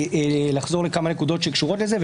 לחזור לכמה נקודות שקשורות לזה,